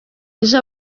ejo